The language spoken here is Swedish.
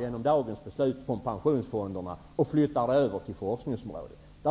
genom dagens beslut 10 miljarder från pensionsfonderna och flyttar över dem till forskningsområdet.